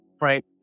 right